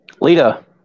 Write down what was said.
Lita